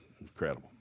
Incredible